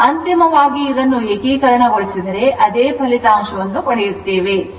ಅಂತಿಮವಾಗಿ ಇದನ್ನು ಏಕೀಕರಣಗೊಳಿಸಿದರೆ ಅದೇ ಫಲಿತಾಂಶವನ್ನು ಪಡೆಯುತ್ತೇವೆ